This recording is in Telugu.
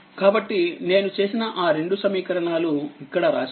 కాబట్టి నేను చేసినఆ2సమీకరణాలుఇక్కడ రాసాను